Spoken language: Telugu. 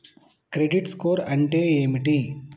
క్రెడిట్ స్కోర్ అంటే ఏమిటి?